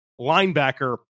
linebacker